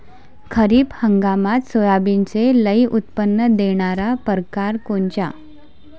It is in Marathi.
खरीप हंगामात सोयाबीनचे लई उत्पन्न देणारा परकार कोनचा?